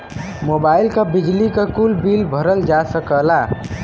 mobile क, बिजली क, कुल बिल भरल जा सकला